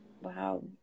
Wow